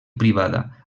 privada